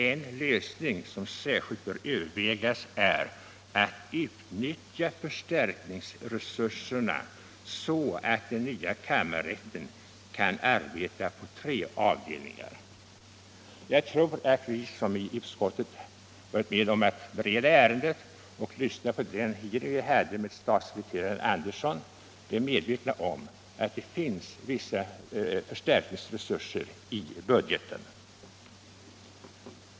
En lösning som särskilt bör övervägas är att utnyttja förstärkningsresurserna så att den nya kammarrätten kan arbeta på tre avdelningar.” Jag tror att vi som i utskottet varit med om att bereda ärendet och lyssnat på den hearing vi haft med statssekreterare Andersson är medvetna om att det finns vissa förstärkningsresurser i budgeten.